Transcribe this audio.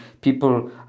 people